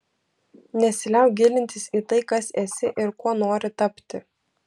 nesiliauk gilintis į tai kas esi ir kuo nori tapti